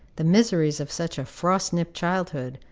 the miseries of such a frost-nipped childhood,